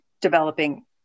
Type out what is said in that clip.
developing